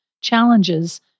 Challenges